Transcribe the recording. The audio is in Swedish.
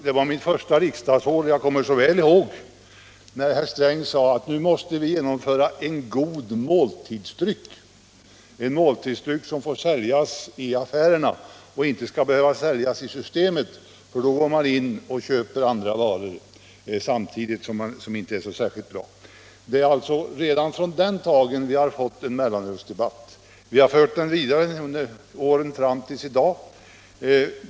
Det var mitt första riksdagsår, och jag kommer så väl ihåg hur herr Sträng sade: Nu måste vi införa en god måltidsdryck, som får säljas i affärerna, så att folk inte behöver gå till systemet för att få den, för då köper de samtidigt andra varor som inte är så särskilt bra. Det är alltså från den dagen som vi har mellanölsdebatten. Den debatten har förts vidare under åren fram till i dag.